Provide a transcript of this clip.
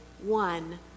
one